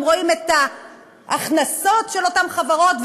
הם רואים את ההכנסות של אותן חברות,